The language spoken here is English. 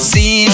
See